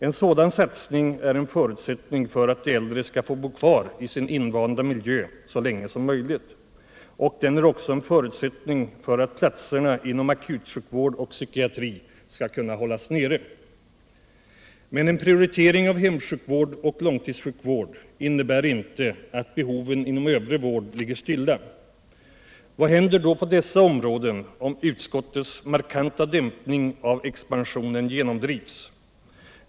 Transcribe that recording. En sådan satsning är en förutsättning för att de äldre skall få bo kvar i sin invanda miljö så länge som möjligt, och den är också en förutsättning för att platserna inom akutvård och psykiatri skall kunna hållas nere. Men cn prioritering av hemsjukvård och långtidssjukvård innebär inte att behoven inom övrig vård ligger stilla. Vad händer då på dessa områden om utskottets ”markanta dämpning av expansionen” genomdrivs?